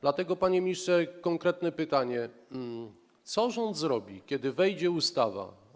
Dlatego, panie ministrze, konkretne pytanie: Co rząd zrobi, kiedy wejdzie ustawa?